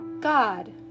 God